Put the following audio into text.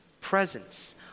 presence